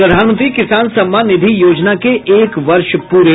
और प्रधानमंत्री किसान सम्मान निधि योजना के एक वर्ष पूरे